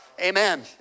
Amen